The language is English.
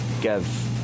give